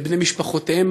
לבני משפחותיהם,